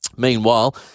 Meanwhile